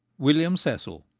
william cecil,